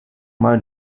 mal